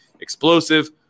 explosive